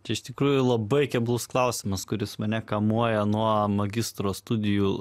čia iš tikrųjų labai keblus klausimas kuris mane kamuoja nuo magistro studijų